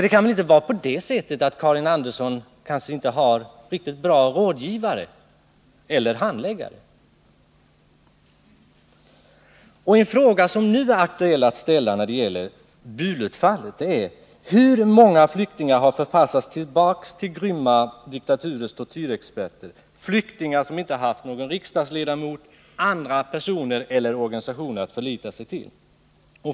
Det kan väl inte vara så, att Karin Andersson inte har riktigt bra rådgivare eller handläggare. En fråga som är aktuell i Bulut-fallet är denna: Hur många flyktingar har förpassats tillbaka till grymma diktaturers tortyrexperter, flyktingar som inte har haft någon riksdagsledamot, andra personer eller organisationer att förlita sig till?